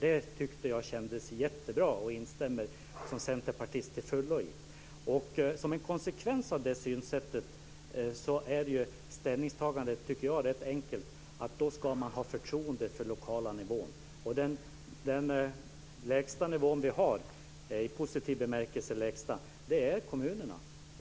Det tyckte jag kändes jättebra, och jag instämmer som centerpartist till fullo i det. Som en konsekvens av det synsättet tycker jag att ställningstagandet är rätt enkelt: Då ska man ha förtroende för den lokala nivån. Den lägsta - i positiv bemärkelse - nivå som vi har är kommunerna.